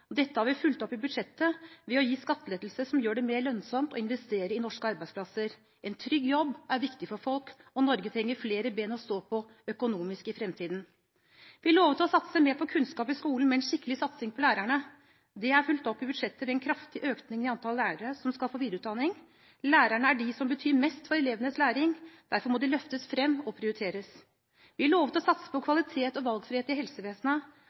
arbeidsplasser. Dette har vi fulgt opp i budsjettet ved å gi skattelettelse som gjør det mer lønnsomt å investere i norske arbeidsplasser. En trygg jobb er viktig for folk, og Norge trenger flere ben å stå på økonomisk i framtiden. Vi lovte å satse mer på kunnskap i skolen med en skikkelig satsing på lærerne. Det er fulgt opp i budsjettet med en kraftig økning i antall lærere som skal få videreutdanning. Lærerne er de som betyr mest for elevenes læring, derfor må de løftes fram og prioriteres. Vi lovte å satse på kvalitet og valgfrihet i